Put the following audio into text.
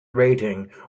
ratings